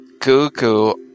Google